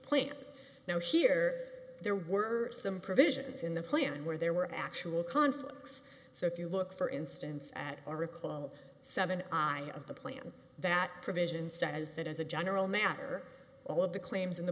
plan now here there were some provisions in the plan where there were actual conflicts so if you look for instance at our recall seven on of the plan that provision says that as a general matter all of the claims in the